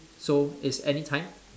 so it's anytime